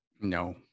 No